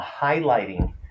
highlighting